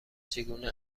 چگونه